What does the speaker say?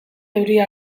euria